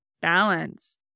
balance